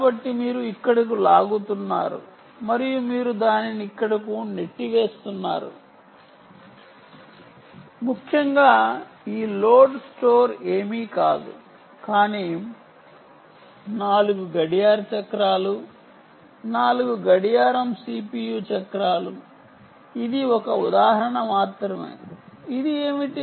కాబట్టి మీరు ఇక్కడకు లాగుతున్నారు మరియు మీరు దానిని ఇక్కడకు నెట్టివేస్తున్నారు ముఖ్యంగా ఈ లోడ్ స్టోర్ ఏమీ కాదు కానీ 4 గడియార చక్రాలు 4 గడియారం CPU చక్రాలు ఇది ఒక ఉదాహరణ మాత్రమే ఇది ఏమిటి